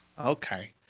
Okay